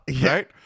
right